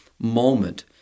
moment